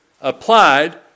applied